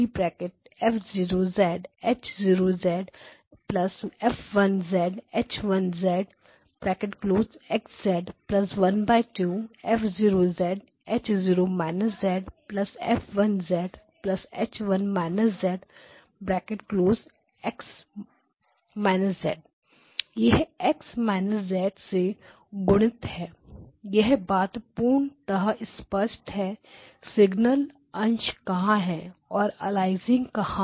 X ½ F0H0F1H1X12 F0H0F1H1 X यह X − z से गुणित है यह बात पूर्ण तह स्पष्ट है सिग्नल अंश कहां है और अलियासिंग कहां है